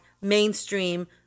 mainstream